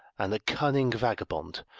and a cunning vagabond,